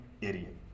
idiot